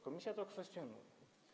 Komisja to kwestionuje.